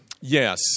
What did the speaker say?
Yes